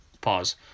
pause